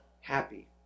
happy